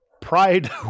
pride